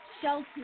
shelter